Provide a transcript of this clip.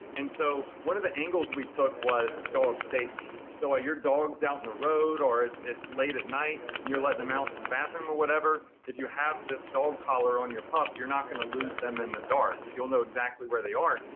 and so one of the angles we took was dog safety. so ah your dog's out in the road or it's it's late at night, and you're letting him out to the bathroom or whatever, if you have this dog collar on your pup, you're not gonna lose them in the dark. you'll know exactly where they are.